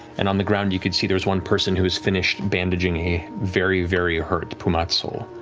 and on the ground you can see there's one person who has finished bandaging a very, very hurt pumat sol.